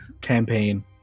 campaign